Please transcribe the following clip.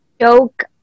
joke